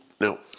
No